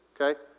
Okay